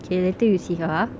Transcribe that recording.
okay later you see her ah